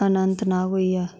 अनंतनाग होइया